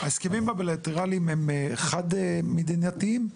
ההסכמים הלטרליים הם חד מדינתיים?